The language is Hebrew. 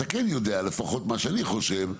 אתה כן יודע לפחות מה שאני חושב,